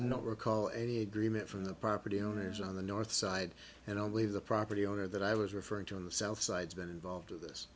not recall any agreement from the property owners on the north side and only the property owner that i was referring to in the south side's been involved in this